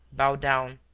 bowed down,